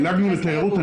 דילגנו על התיירות.